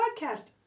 podcast